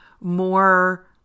more